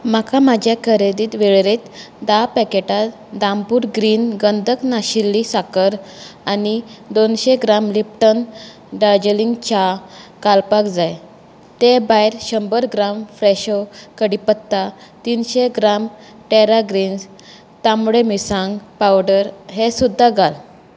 म्हाका म्हाजें खरेदीत वेळेरेंत धा पॅकेटां दामपूर ग्रीन गंदक नाशिल्ली साकर आनी दोनशें ग्राम लिपटन डारजेलिग घालपाक जाय तें भायर शंबर ग्राम फ्रेशो कडीपत्ता तिनशें ग्राम टेरा ग्रेन्स तांबडे मिरसांग पावडर हे सुद्दां घाल